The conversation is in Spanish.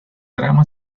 drama